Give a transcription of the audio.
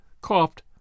coughed